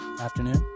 afternoon